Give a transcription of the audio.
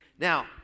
Now